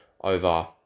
over